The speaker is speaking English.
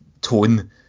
tone